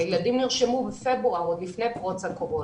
הילדים נרשמו בפברואר עוד לפני פרוץ הקורונה,